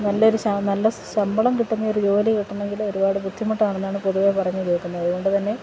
നല്ല ശമ്പളം കിട്ടുന്ന ഒരു ജോലി കിട്ടണമെങ്കില് ഒരുപാട് ബുദ്ധിമുട്ടാണെന്നാണ് പൊതുവെ പറഞ്ഞുകേള്ക്കുന്നത് അതുകൊണ്ട് തന്നെ